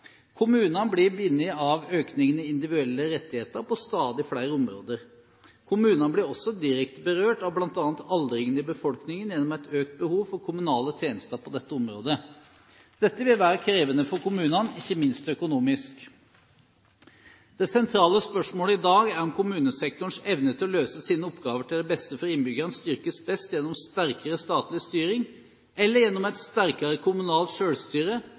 Kommunene blir bundet av økningen i individuelle rettigheter på stadig flere områder. Kommunene blir også direkte berørt av bl.a. aldringen i befolkningen gjennom et økt behov for kommunale tjenester på dette området. Dette vil være krevende for kommunene, ikke minst økonomisk. Det sentrale spørsmålet i dag er om kommunesektorens evne til å løse sine oppgaver til beste for innbyggerne styrkes best gjennom sterkere statlig styring eller gjennom et sterkere kommunalt